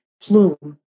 plume